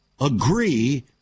agree